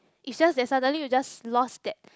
is that suddenly you just lost that